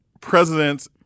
presidents